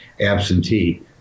absentee